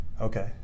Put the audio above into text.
Okay